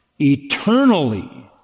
eternally